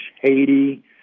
Haiti